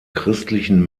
christlichen